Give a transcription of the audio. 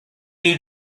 new